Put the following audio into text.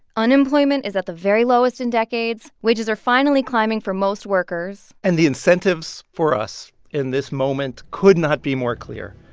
unemployment is at the very lowest in decades. wages are finally climbing for most workers and the incentives for us in this moment could not be more clear.